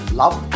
love